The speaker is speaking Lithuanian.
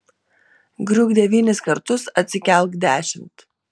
griūk devynis kartus atsikelk dešimt